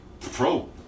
pro